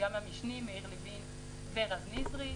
גם המשנים: יאיר לוין ורז נזרי,